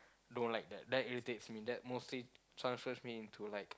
don't like that that irritates that mostly transforms me into like